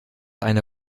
eine